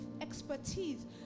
expertise